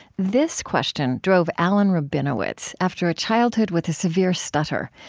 this question drove alan rabinowitz, after a childhood with a severe stutter,